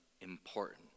important